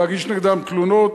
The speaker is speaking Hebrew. להגיש נגדם תלונות,